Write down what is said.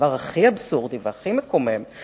הדבר הכי אבסורדי והכי מקומם הוא,